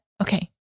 Okay